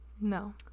no